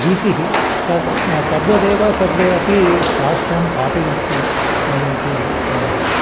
रीतिः तत् तद्वदेव सर्वे अपि शास्त्रं पाठयन्ति इति मम मतिः